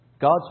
God's